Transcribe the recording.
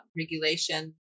regulation